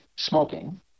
smoking